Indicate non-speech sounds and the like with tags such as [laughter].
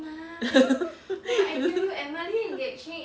[laughs]